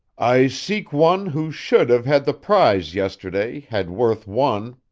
i seek one who should have had the prize yesterday had worth won,